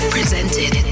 Presented